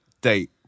date